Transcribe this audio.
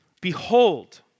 Behold